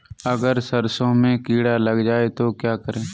अगर सरसों में कीड़ा लग जाए तो क्या करें?